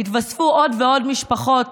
התווספו עוד ועוד משפחות